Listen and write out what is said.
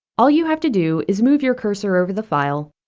all you have to do is move your cursor over the file,